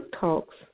Talks